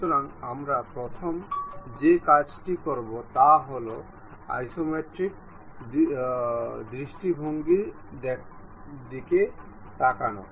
সুতরাং আমরা প্রথম যে কাজটি করব তা হল আইসোমেট্রিক দৃষ্টিভঙ্গির দিকে তাকানো